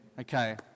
Okay